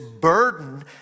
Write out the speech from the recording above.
burden